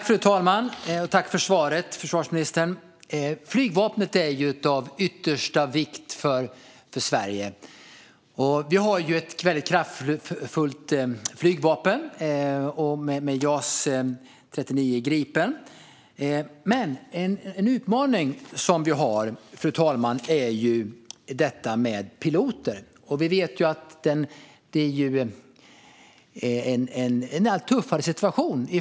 Fru talman! Tack för svaret, försvarsministern! Flygvapnet är ju av yttersta vikt för Sverige. Vi har ett kraftfullt flygvapen med JAS 39 Gripen. Men en utmaning som vi har, fru talman, är detta med piloter. Vi vet att den situationen blir allt tuffare.